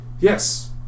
yes